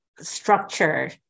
structure